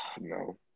No